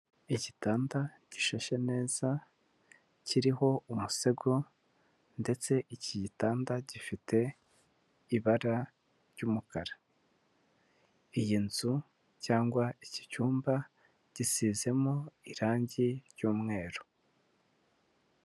Igitanda gishashe neza kiriho umusego ndetse iki gitanda gifite ibara ry'umukara, iyi nzu cyangwa iki cyumba gisizemo irangi ry'umweru.